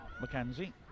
Mackenzie